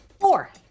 Four